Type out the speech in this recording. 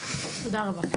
תודה רבה.